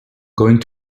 going